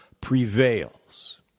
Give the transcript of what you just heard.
prevails